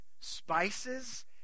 spices